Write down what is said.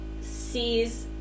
sees